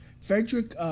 Frederick